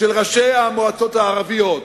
של ראשי המועצות הערביות.